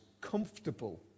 comfortable